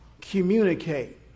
communicate